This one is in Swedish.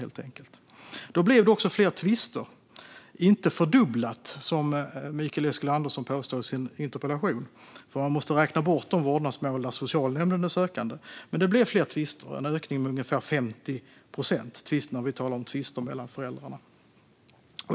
I och med detta blev det också fler tvister. Inte ett fördubblat antal, som Mikael Eskilandersson påstår i sin interpellation, för man måste räkna bort de vårdnadsmål där socialnämnden är sökande. Men det blev fler tvister mellan föräldrar; ökningen var ungefär 50 procent.